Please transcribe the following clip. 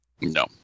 No